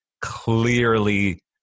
Clearly